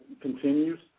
continues